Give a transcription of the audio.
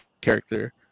character